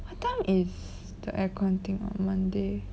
what time is the air con thing on monday